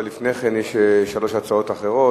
אבל לפני כן יש שלוש הצעות אחרות.